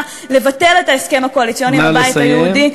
לבטל את ההסכם הקואליציוני עם הבית היהודי,